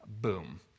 Boom